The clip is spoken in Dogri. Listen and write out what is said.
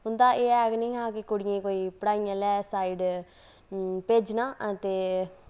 उं'दा एह् ऐ गै नेईं हा कि कुड़ियें गी कोई पढ़ाइयै आह्ली साइड़ भेजना ते